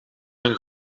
een